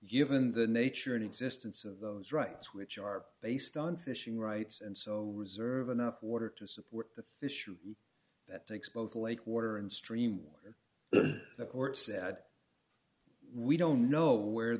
given the nature and existence of those rights which are based on fishing rights and so reserve enough water to support the issue that takes both lake water and stream water the court said we don't know where